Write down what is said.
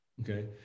Okay